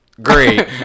Great